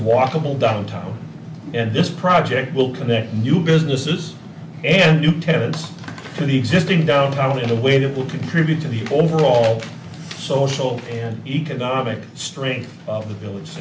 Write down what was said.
walkable downtown and this project will connect new businesses and new tenants to the existing downtown in a way to will contribute to the overall social and economic strength of the village